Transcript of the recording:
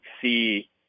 see